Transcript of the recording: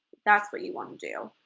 that's what you want to do.